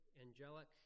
angelic